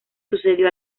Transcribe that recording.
sucedió